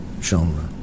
genre